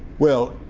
well,